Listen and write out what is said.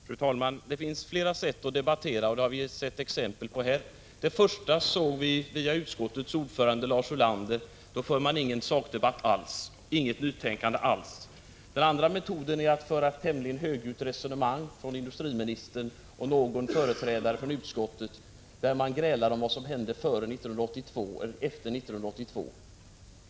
Fru talman! Det finns flera sätt att debattera på. Det har vi sett exempel på här. En metod är — som framgick när utskottets ordförande Lars Ulander talade — att inte föra någon sakdebatt alls, att inte ge uttryck för något som helst nytänkande. En annan metod är att föra ett tämligen högljutt resonemang — som industriministern och någon företrädare för utskottet gjorde. Man grälade ju om vad som hände före och efter 1982.